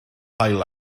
haul